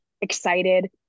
excited